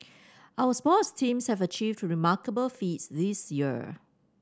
our sports teams have achieved to remarkable feats this year